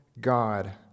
God